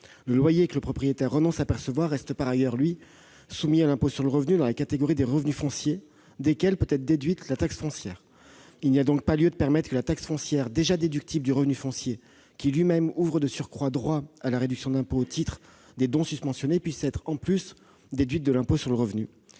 le loyer que le propriétaire renonce à percevoir reste soumis à l'impôt sur le revenu dans la catégorie des revenus fonciers, desquels peut être déduite la taxe foncière. Il n'y a donc pas lieu de permettre que la taxe foncière, déjà déductible du revenu foncier, qui, de surcroît, ouvre lui-même droit à une réduction d'impôt au titre des dons, puisse être, en plus, déduite de l'impôt sur le revenu.